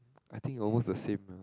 I think almost the same